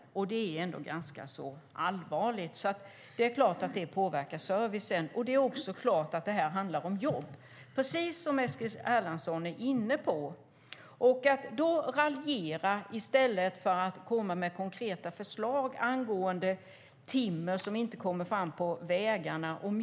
Det är ganska allvarligt. Det är klart att det påverkar servicen. Det är också klart att det handlar om jobb, precis som Eskil Erlandsson är inne på. Men han raljerar i stället för att komma med konkreta förslag angående timmer och mjölk som inte kommer fram på vägarna.